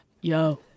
yo